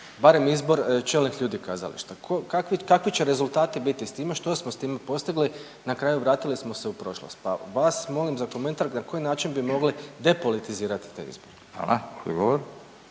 barem izbor čelnih ljudi kazališta. Kakvi, kakvi će rezultati biti s time, što smo s time postigli, na kraju vratili smo se u prošlost, pa vas molim za komentar na koji način bi mogli depolitizirati te izbore? **Radin,